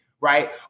right